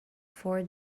for